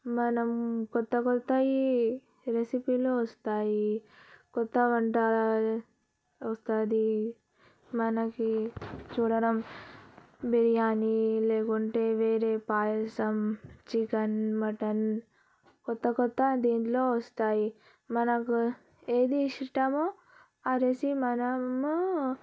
మనం కొత్త కొత్తయి రెసిపీలు వస్తాయి కొత్త వంట వస్తుంది మనకి చూడడం బిర్యాని లేకుంటే వేరే పాయసం చికెన్ మటన్ కొత్త కొత్త దీంట్లో వస్తాయి మనకు ఏది ఇష్టమో ఆ రెసి మనము